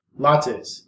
Lattes